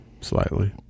slightly